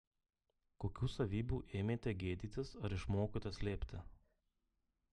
kokių savybių ėmėte gėdytis ar išmokote slėpti